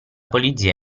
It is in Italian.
polizia